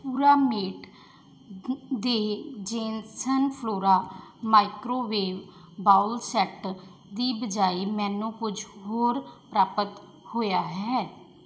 Puramate ਦੇ Jenson Flora microwave bowl set ਦੀ ਬਜਾਏ ਮੈਨੂੰ ਕੁਝ ਹੋਰ ਪ੍ਰਾਪਤ ਹੋਇਆ ਹੈ